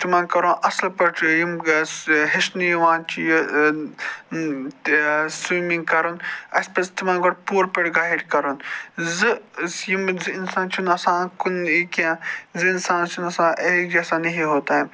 تِمَن کَرُن اصٕل پٲٹھۍ یِم سُہ ہیٚچھنہِ یِوان چھِ یہِ سِومِنٛگ کَرُن اَسہِ پَزِ تِمن گۄڈٕ پوٗرٕ پٲٹھۍ گایڈ کَرُن زٕ یِم زٕ اِنسان چھِ نہٕ آسان کُنی کینٛہہ زٕ اِنسان چھِ نہٕ آسان ایک جیسا نہیٖں ہوتا ہے